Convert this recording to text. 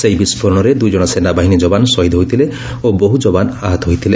ସେହି ବିସ୍ଫୋରଣରେ ଦୁଇଜଣ ସେନାବାହିନୀ ଜବାନ ଶହିଦ ହୋଇଥିଲେ ଓ ବହୁ ଜବାନ ଆହତ ହୋଇଥିଲେ